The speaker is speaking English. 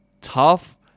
tough